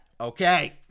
Okay